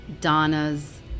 Donna's